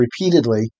repeatedly